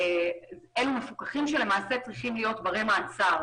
אלו מפוקחים שלמעשה צריכים להיות ברי מעצר.